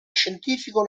scientifico